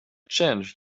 change